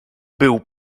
był